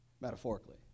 Metaphorically